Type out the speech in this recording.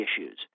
issues